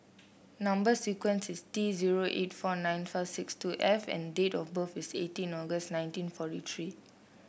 number sequence is T zero eight four nine five six two F and date of birth is eighteen August nineteen forty three